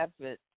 effort